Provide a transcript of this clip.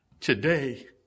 today